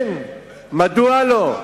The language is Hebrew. מדוע לא?